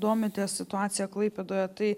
domitės situacija klaipėdoje tai